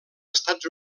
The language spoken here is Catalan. estats